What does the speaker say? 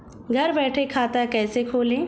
घर बैठे खाता कैसे खोलें?